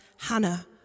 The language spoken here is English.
Hannah